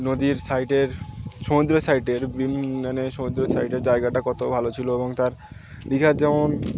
নদীর সাইডের সমুদ্র সাইডের মানে সমুদ্র সাইডের জায়গাটা কত ভালো ছিল এবং তার দীঘার যেমন